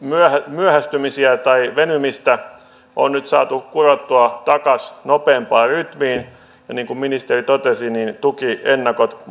myöhästymisiä tai venymistä on nyt saatu kurottua takaisin nopeampaan rytmiin ja niin kuin ministeri totesi tukiennakot